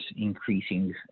increasing